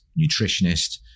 nutritionist